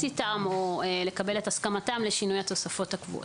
איתם או לקבל את הסכמתם לשינוי התוספות הקבועות.